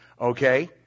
okay